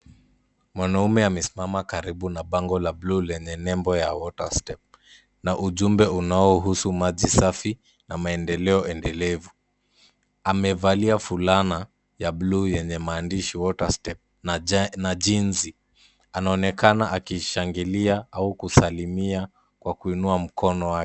Mwanume amesimama karibu na bango la bluu lenye nembo ya WaterStep, na ujumbe unaohusu maji safi na maendeleo endelevu. Amevalia fulana ya bluu yenye maandishi WaterStep na jinsi anaonekana akishangilia au kusalimia kwa kuinua mkono wake.